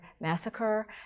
massacre